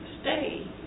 stay